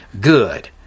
good